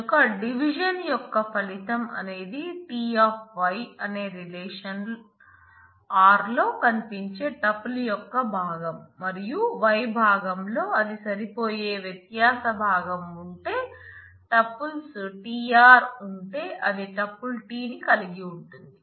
కనుక డివిషన్ యొక్క భాగం మరియు y భాగంలో అది సరిపోయే వ్యత్యాస భాగం ఉంటే టుపుల్స్ tr ఉంటే అది టుపుల్ t ని కలిగి ఉంటుంది